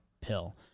pill